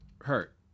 hurt